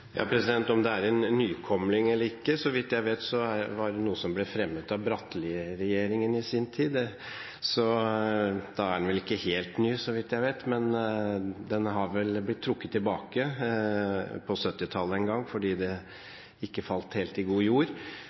vidt jeg vet, noe som ble fremmet av Bratteli-regjeringen i sin tid, så da er den vel ikke helt ny. Den ble vel trukket tilbake på 1970-tallet en gang, fordi den ikke falt helt i god jord.